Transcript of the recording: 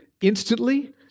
instantly